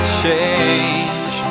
change